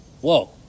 whoa